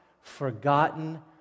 forgotten